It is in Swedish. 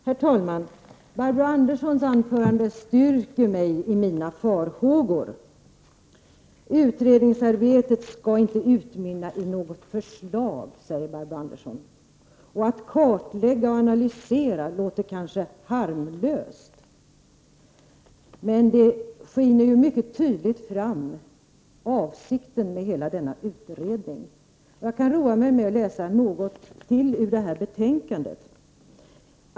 Herr talman! Barbro Anderssons anförande styrkte mig i mina farhågor. Utredningsarbetet skall inte utmynna i något förslag, säger hon. Att kartlägga och analysera låter kanske harmlöst, men avsikten med hela denna utredning skiner tydligt fram. Jag kan roa mig med att läsa något mer ur betänkandet.